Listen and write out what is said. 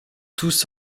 tous